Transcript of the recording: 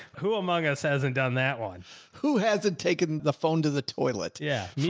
who among us. hasn't done that one who hasn't taken the phone to the toilet. yeah.